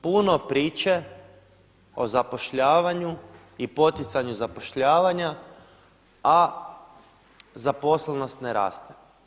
Puno priče o zapošljavanju i poticanju zapošljavanja a zaposlenost ne raste.